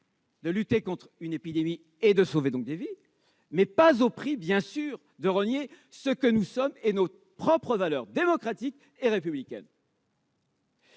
de lutter contre une épidémie et de sauver des vies, mais pas au prix du reniement de ce que nous sommes et de nos propres valeurs démocratiques et républicaines.